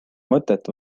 mõtet